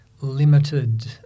limited